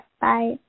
bye